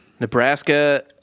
Nebraska